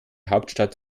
hauptstadt